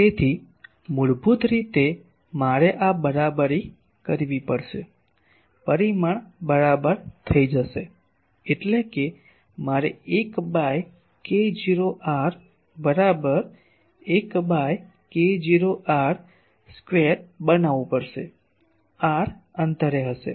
તેથી મૂળભૂત રીતે મારે આ બરાબરી કરવી પડશે પરિમાણ બરાબર થઈ જશે એટલે કે મારે 1 બાય k0 r બરાબર 1 બાય k0 r સ્કવેર બનાવવું પડશે r અંતરે હશે